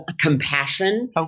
compassion